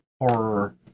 horror